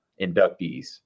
inductees